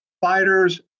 fighters